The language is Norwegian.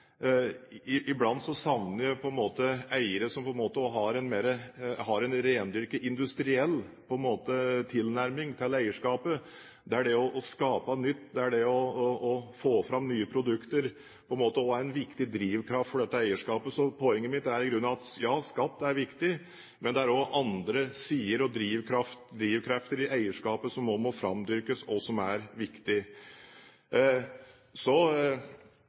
iblant savner jeg eiere som har en rendyrket industriell tilnærming til eierskapet, der det å skape nytt, der det å få fram nye produkter, er en viktig drivkraft for dette eierskapet. Poenget mitt er i grunnen at ja, skatt er viktig, men det er også andre sider og drivkrefter i eierskapet som må framdyrkes, og som er viktig. Så